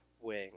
wing